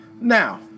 Now